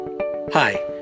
Hi